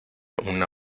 una